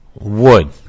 wood